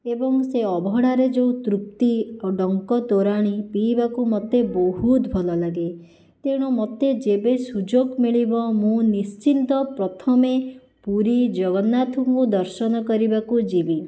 ଏବଂ ସେ ଅବଢ଼ାରେ ଯେଉଁ ତୃପ୍ତି ଓ ଟଙ୍କ ତୋରାଣି ପିଇବାକୁ ମୋତେ ବହୁତ ଭଲ ଲାଗେ ତେଣୁ ମୋତେ ଯେବେ ସୁଯୋଗ ମିଳିବ ମୁଁ ନିଶ୍ଚିତ ପ୍ରଥମେ ପୁରୀ ଜଗନ୍ନାଥଙ୍କୁ ଦର୍ଶନ କରିବାକୁ ଯିବି